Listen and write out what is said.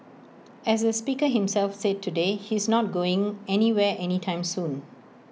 as the speaker himself said today he's not going anywhere any time soon